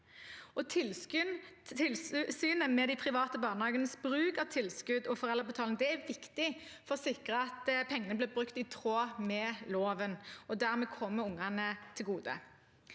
Tilsynet med de private barnehagenes bruk av tilskudd og foreldrebetaling er viktig for å sikre at pengene blir brukt i tråd med loven og dermed kommer ungene til gode.